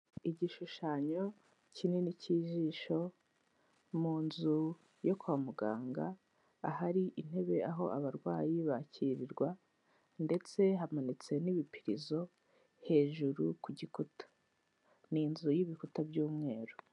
Igishushanyo kinini k'ijisho mu nzu yo kwa muganga, ahari intebe aho abarwayi bakirirwa ndetse hamanitse n'ibipirizo hejuru ku gikuta. Ni inzu y'ibikuta by'umweru.